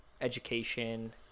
education